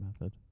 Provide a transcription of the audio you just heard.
method